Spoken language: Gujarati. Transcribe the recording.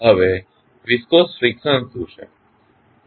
હવે વિસ્કોસ ફ્રીકશન શું છે